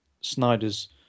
snyder's